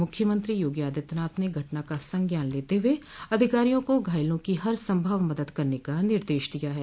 मुख्यमंत्री यागी आदित्यनाथ ने घटना का संज्ञान लेते हुए अधिकारियों को घायलों की हरसंभव मदद करने का निर्देश दिया है